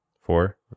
Four